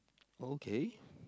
okay